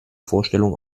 vorstellung